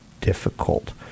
difficult